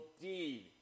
deed